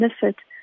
benefit